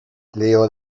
leo